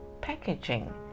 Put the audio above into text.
packaging